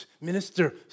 minister